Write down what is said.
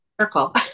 circle